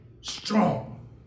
strong